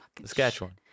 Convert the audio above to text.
Saskatchewan